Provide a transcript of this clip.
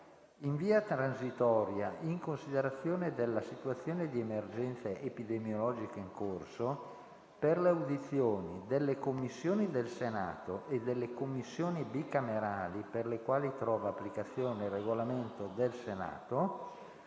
«In via transitoria, in considerazione della situazione di emergenza epidemiologica in corso, per le audizioni delle Commissioni del Senato e delle Commissioni bicamerali per le quali trova applicazione il Regolamento del Senato,